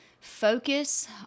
focus